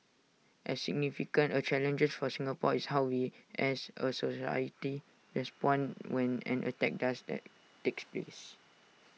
as significant A challenges for Singapore is how we as A society respond when an attack does that takes place